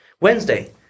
Wednesday